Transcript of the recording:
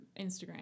Instagram